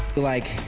like,